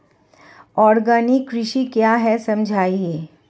Organic कृषि क्या है समझाइए?